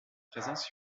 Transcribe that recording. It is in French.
présence